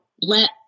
let